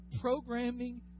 programming